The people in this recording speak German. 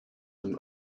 dem